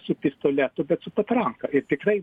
su pistoletu bet su patranka ir tikrai